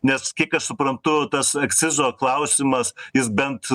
nes kiek aš suprantu tas akcizo klausimas jis bent